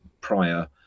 prior